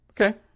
okay